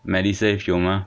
medisave 有吗